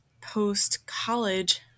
post-college